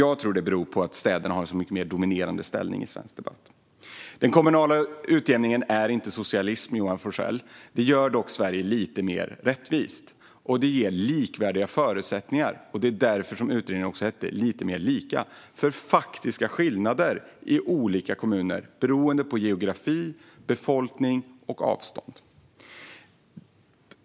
Jag tror att det beror på att städerna har en mycket mer dominerande ställning i svensk debatt. Den kommunala utjämningen är inte socialism, Joar Forssell. Den gör dock Sverige lite mer rättvist. Och den ger likvärdiga förutsättningar - det är därför utredningen hette Lite mer lika - i fråga om faktiska skillnader i olika kommuner, beroende på geografi, befolkning och avstånd.